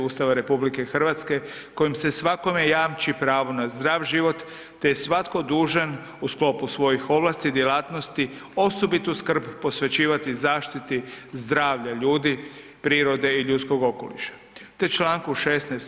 Ustava RH kojim se svakome jamči pravo na zdrav život te je svatko dužan u sklopu svojih ovlasti i djelatnosti osobitu skrb posvećivati zaštiti zdravlja ljudi, prirode i ljudskog okoliša; te čl. 16.